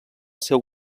seu